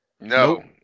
No